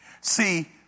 See